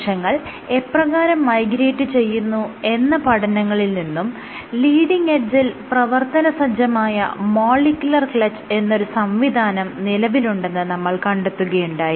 കോശങ്ങൾ എപ്രകാരം മൈഗ്രേറ്റ് ചെയ്യുന്നു എന്ന പഠനങ്ങളിൽ നിന്നും ലീഡിങ് എഡ്ജിൽ പ്രവർത്തന സജ്ജമായ മോളിക്യുലർ ക്ലച്ച് എന്ന ഒരു സംവിധാനം നിലവിലുണ്ടെന്ന് നമ്മൾ കണ്ടെത്തുകയുണ്ടായി